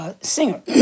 singer